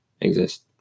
exist